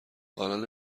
حالا